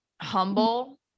humble